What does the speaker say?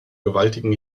gewaltigen